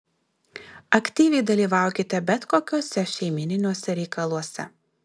aktyviai dalyvaukite bet kokiuose šeimyniniuose reikaluose